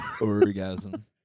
Orgasm